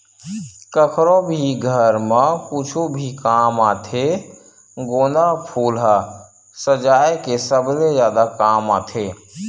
कखरो भी घर म कुछु भी काम आथे गोंदा फूल ह सजाय के सबले जादा काम आथे